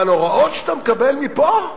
אבל הוראות שאתה מקבל מפה?